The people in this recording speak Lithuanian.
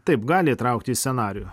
taip gali įtraukti į scenarijų